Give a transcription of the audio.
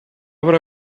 would